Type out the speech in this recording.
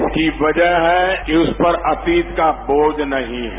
इसकी वजह है उस पर अतीत का बोझ नही हैं